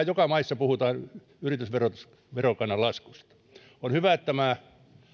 joka maassa puhutaan yritysverokannan laskusta on hyvä että tämä